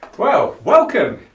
well, welcome.